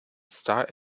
star